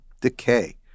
decay